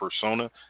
persona